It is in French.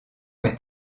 est